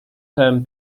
term